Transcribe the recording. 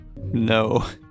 No